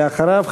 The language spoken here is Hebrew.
ואחריו,